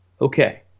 Okay